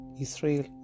Israel